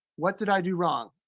what did i do wrong?